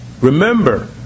Remember